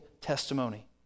testimony